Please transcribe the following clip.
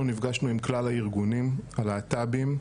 אנחנו נפגשנו עם כלל הארגונים הלהט"בים.